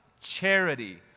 charity